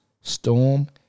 storm